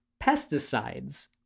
Pesticides